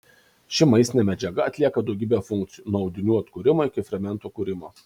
ši maistinė medžiaga atlieka daugybę funkcijų nuo audinių atkūrimo iki fermentų kūrimo